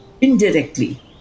indirectly